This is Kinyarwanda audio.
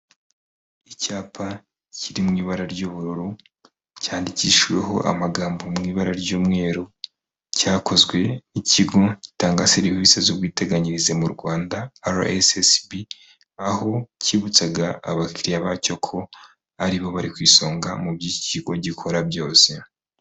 Icyapa kiri mu ibara ry'ubururu, cyandikishijweho amagambo mu ibara ry'umweru, cyakozwe n'ikigo gitanga serivisi z'ubwiteganyirize mu Rwanda RSSB, aho cyibutsaga abakiriya bacyo ko ari bo bari ku isonga mu byo iki kigo gikora byose.